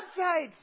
updates